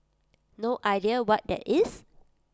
no idea what that is